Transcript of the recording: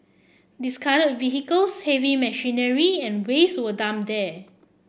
discarded vehicles heavy machinery and waste were dumped there